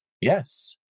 yes